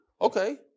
Okay